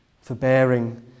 forbearing